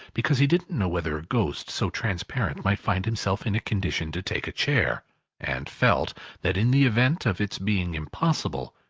because he didn't know whether a ghost so transparent might find himself in a condition to take a chair and felt that in the event of its being impossible,